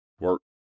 work